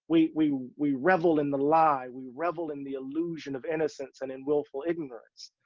we, we we rebel in the lie. we rebel in the illusion of innocence and in willful ignorance.